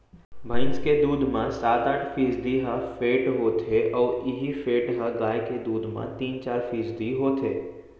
भईंस के दूद म सात आठ फीसदी ह फेट होथे अउ इहीं फेट ह गाय के दूद म तीन चार फीसदी होथे